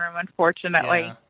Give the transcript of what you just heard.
unfortunately